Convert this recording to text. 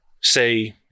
say